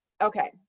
okay